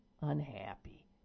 unhappy